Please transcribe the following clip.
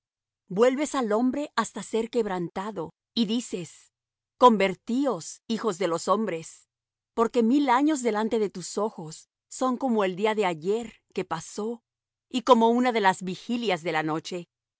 vuelves al hombre hasta ser quebrantado y dices convertíos hijos de los hombres porque mil años delante de tus ojos son como el día de ayer que pasó y como una de las vigilias de la noche